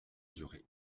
duré